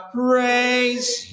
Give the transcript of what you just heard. praise